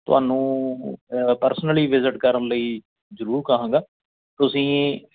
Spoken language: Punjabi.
ਤੁਹਾਨੂੰ ਪਰਸਨਲੀ ਵਿਜਿਟ ਕਰਨ ਲਈ ਜ਼ਰੂਰ ਕਹਾਂਗਾ ਤੁਸੀਂ